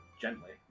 gently